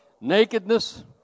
nakedness